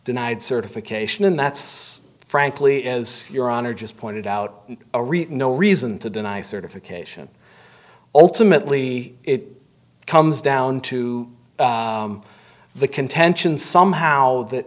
denied certification and that's frankly as your honor just pointed out no reason to deny certification ultimately it comes down to the contention somehow that